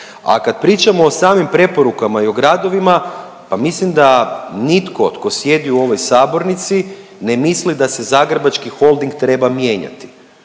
A kad pričamo o samim preporukama i o gradovima pa mislim da nitko tko sjedi u ovoj sabornici ne misli da se Zagrebački holding treba mijenjati,